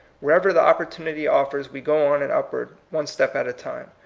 wherever the oppor tunity offers we go on and upward one step at a time.